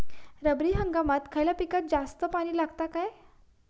रब्बी हंगामात खयल्या पिकाक जास्त पाणी लागता काय?